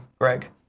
Greg